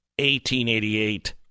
1888